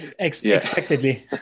Expectedly